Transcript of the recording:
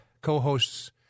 co-hosts